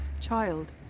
child